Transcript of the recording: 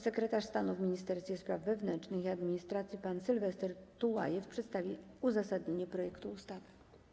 Sekretarz stanu w Ministerstwie Spraw Wewnętrznych i Administracji pan Sylwester Tułajew przedstawi uzasadnienie projektu ustawy.